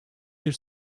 bir